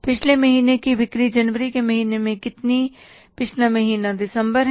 पिछले महीने की बिक्री जनवरी के महीने में कितनी है पिछला महीना दिसंबर है